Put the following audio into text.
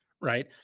right